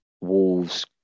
Wolves